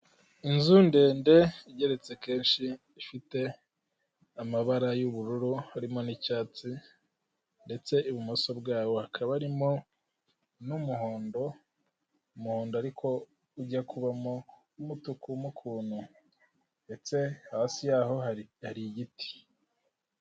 Inzu ndende igeretse kenshi ifite amabara y'ubururu ndetse n'icyatsi, ndetse ibumoso bwaho hakaba harimo n'umuhondo, umuhondo ujya kubamo umutuku mo ukuntu ndetse hasi yaho hari igiti.